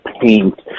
paint